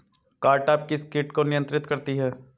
Cartap किस किट को नियंत्रित करती है?